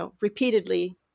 repeatedly